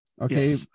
Okay